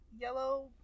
yellow